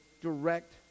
direct